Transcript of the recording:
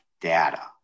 data